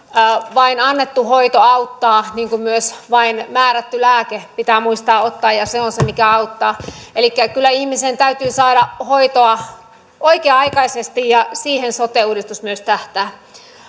vain annettu hoito auttaa niin kuin myös määrätty lääke pitää muistaa ottaa ja se on se mikä auttaa elikkä kyllä ihmisen täytyy saada hoitoa oikea aikaisesti ja siihen sote uudistus myös tähtää